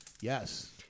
Yes